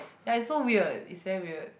ya is so weird is very weird